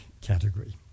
category